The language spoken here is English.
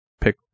pick